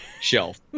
shelf